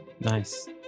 Nice